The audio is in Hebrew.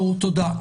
ברור, תודה.